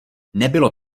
nebylo